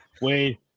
Wait